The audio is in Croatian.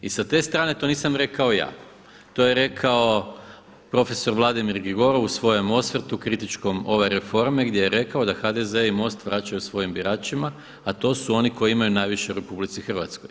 I sa ste strane to nisam rekao ja, to je rekao profesor Vladimir Gligorov u svojem osvrtu kritičkom ove reforme gdje je rekao da HDZ i MOST vraćaju svojim biračima a to su oni koji imaju najviše u RH.